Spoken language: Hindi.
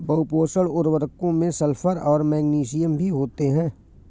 बहुपोषक उर्वरकों में सल्फर और मैग्नीशियम भी होते हैं